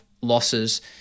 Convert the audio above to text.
losses